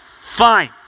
Fine